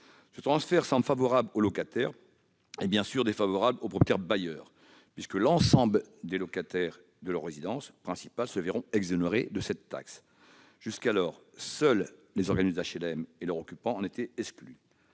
Ce transfert semble favorable aux locataires et défavorable aux propriétaires bailleurs, puisque l'ensemble des locataires de leurs résidences principales se verront exonérés de cette taxe. Jusqu'alors, seuls les organismes HLM et leurs occupants en étaient exclus.